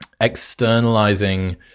externalizing